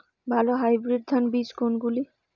ভালো হাইব্রিড ধান বীজ কোনগুলি?